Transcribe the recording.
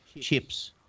chips